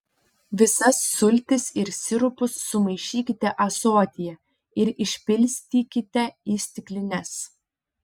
visas sultis ir sirupus sumaišykite ąsotyje ir išpilstykite į stiklines